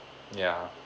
yeah